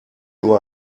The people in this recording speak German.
nur